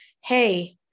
hey